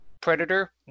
predator